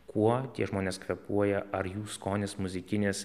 kuo tie žmonės kvėpuoja ar jų skonis muzikinis